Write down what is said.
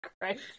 Christ